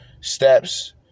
steps